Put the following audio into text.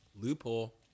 loophole